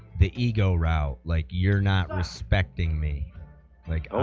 the ego row like you're not respecting me like ah